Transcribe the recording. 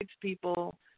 people